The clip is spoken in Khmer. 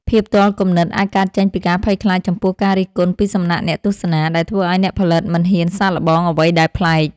ភាពទាល់គំនិតអាចកើតចេញពីការភ័យខ្លាចចំពោះការរិះគន់ពីសំណាក់អ្នកទស្សនា ដែលធ្វើឱ្យអ្នកផលិតមិនហ៊ានសាកល្បងអ្វីដែលប្លែក។